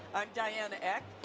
diane eck,